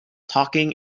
talking